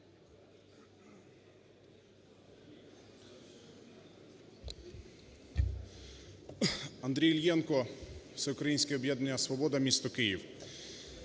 Андрій Іллєнко, Всеукраїнське об'єднання "Свобода", місто Київ.